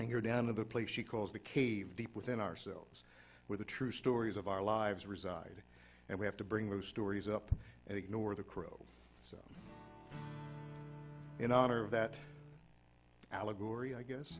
here down to the place she calls the cave deep within ourselves with the true stories of our lives reside and we have to bring those stories up and ignore the crow in honor of that allegory i guess